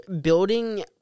building